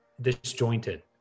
disjointed